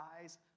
eyes